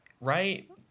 right